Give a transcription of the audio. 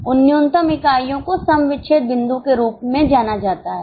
उन न्यूनतम इकाइयों को सम विच्छेद बिंदु के रूप में जाना जाता है